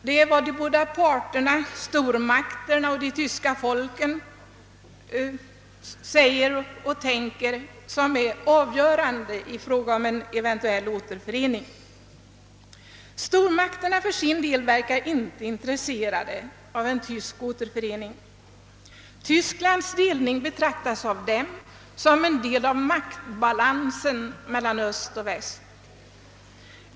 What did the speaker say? Det är vad stormakterna och de tyska folken säger och tänker som är avgörande för en eventuell återförening. Stormakterna för sin del verkar inte intresserade av en tysk återförening, utan Tysklands delning betraktas av dem som en faktor i maktbalansen mellan öst och väst.